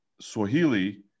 Swahili